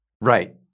Right